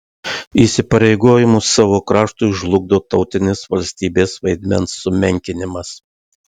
įsipareigojimus savo kraštui žlugdo tautinės valstybės vaidmens sumenkinimas